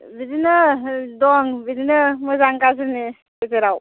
बिदिनो दं बिदिनो मोजां गाज्रिनि गेजेराव